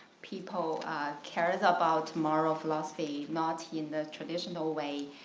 people cares ah about moral philosophy not in the traditional way.